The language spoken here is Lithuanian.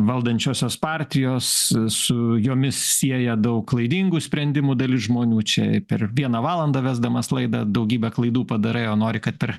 valdančiosios partijos su jomis sieja daug klaidingų sprendimų dalis žmonių čia per vieną valandą vesdamas laidą daugybę klaidų padarai o nori kad per